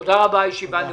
תודה רבה, הישיבה נעולה.